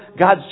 God's